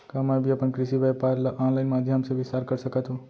का मैं भी अपन कृषि व्यापार ल ऑनलाइन माधयम से विस्तार कर सकत हो?